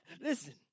listen